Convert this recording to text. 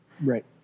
Right